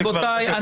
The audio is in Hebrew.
מוריי ורבותיי,